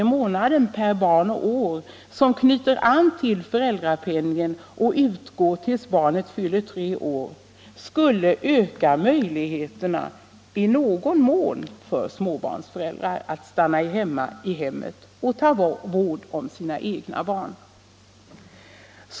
i månaden per barn och som knyter an till föräldrapenningen och utgår tills barnet fyller tre år, skulle i någon mån öka möjligheterna för en småbarnsförälder att stanna i hemmet och ta vård om egna barn.